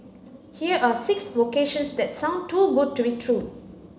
here are six vocations that sound too good to be true